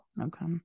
Okay